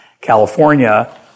California